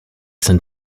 sind